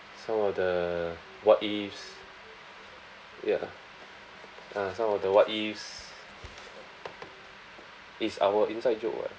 some of the what ifs ya ah some of the what ifs it's our inside joke [what]